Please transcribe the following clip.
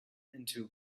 into